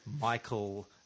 michael